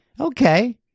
Okay